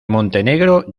montenegro